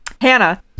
Hannah